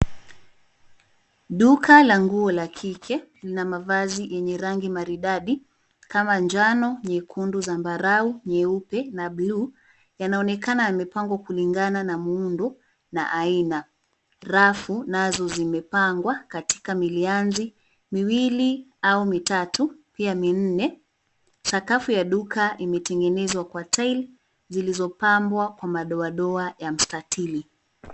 Duka la nguo la kike lina mavazi yenye rangi maridadi kama njano, nyekundu, zambarau nyeupe na buluu, yanaonekana yamepangwa kulingana na muundo na aina. Rafu nazo zimepangwa katika milianzi miwili au mitatu, pia minne. Sakafu ya duka imetengezwa kwa (cs) tile (cs) zilizopangwa kwa madoadoa ya mstatili.